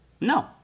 No